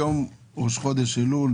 היום ראש חודש אלול.